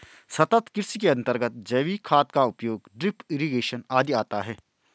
सतत् कृषि के अंतर्गत जैविक खाद का उपयोग, ड्रिप इरिगेशन आदि आता है